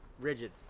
rigid